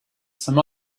some